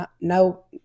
no –